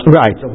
right